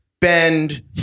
bend-